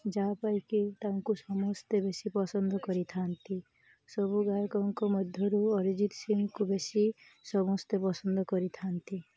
ଯାହା ପାଇଁ କିି ତାଙ୍କୁ ସମସ୍ତେ ବେଶୀ ପସନ୍ଦ କରିଥାନ୍ତି ସବୁ ଗାୟକଙ୍କ ମଧ୍ୟରୁ ଅରିଜିତ ସିଂକୁ ବେଶୀ ସମସ୍ତେ ପସନ୍ଦ କରିଥାନ୍ତି